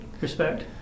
respect